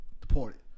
deported